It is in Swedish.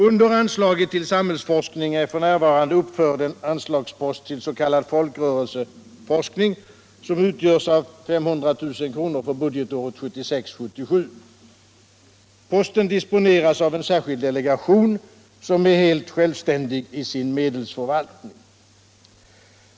Under anslaget till samhällsforskning är f. n. uppförd en anslagspost till s.k. folkrörelseforskning, som utgörs av 500 000 kr. för budgetåret 1976/77. Posten disponeras av en särskild delegation som är helt självständig i sin medelsförvaltning.